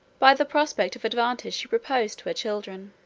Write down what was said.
by the prospect of advantage she proposed to her children.